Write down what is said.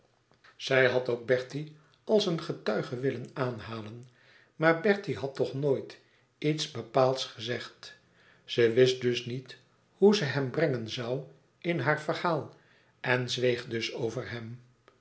zij had ook bertie als een getuige willen aanhalen maar bertie had toch nooit iets bepaalds gezegd ze wist dus niet hoe ze hem brengen zoû in haar verhaal en zweeg dus over hem